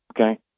Okay